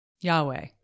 Yahweh